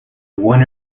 one